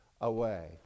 away